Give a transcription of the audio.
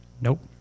Nope